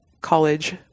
college